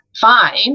fine